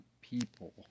people